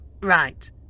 Right